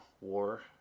war